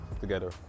together